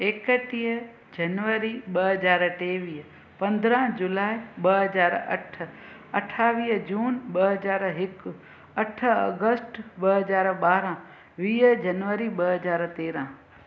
एकटीह जनवरी ॿ हज़ार टेवीह पंद्रहां जुलाई ॿ हज़ार अठ अठावीह जून ॿ हज़ार हिकु अठ अगस्ट ॿ हज़ार ॿारहां वीह जनवरी ॿ हज़ार तेरहां